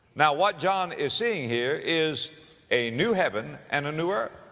now what john is seeing here is a new heaven and a new earth.